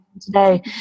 today